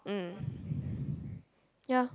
mm yeah